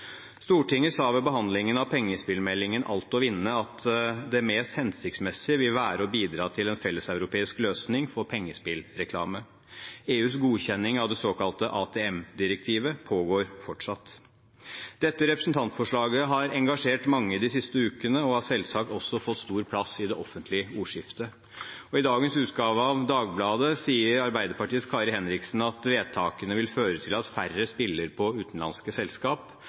Stortinget sa ved behandlingen av pengespillmeldingen «Alt å vinne» at det mest hensiktsmessige vil være å bidra til en felleseuropeisk løsning for pengespillreklame. EUs godkjenning av det såkalte ATM-direktivet pågår fortsatt. Dette representantforslaget har engasjert mange de siste ukene og selvsagt også fått stor plass i det offentlige ordskiftet. I dagens utgave av Dagbladet sier Arbeiderpartiets Kari Henriksen at vedtakene vil føre til at færre spiller på utenlandske